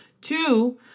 Two